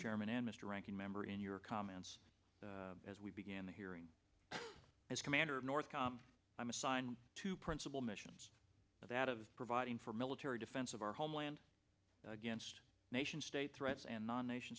chairman and mr ranking member in your comments as we begin the hearing as commander of north com i'm assigned two principal missions that of providing for military defense of our homeland against nation state threats and non nation